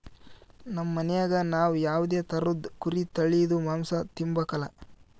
ನಮ್ ಮನ್ಯಾಗ ನಾವ್ ಯಾವ್ದೇ ತರುದ್ ಕುರಿ ತಳೀದು ಮಾಂಸ ತಿಂಬಕಲ